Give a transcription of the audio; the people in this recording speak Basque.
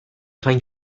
gain